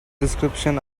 description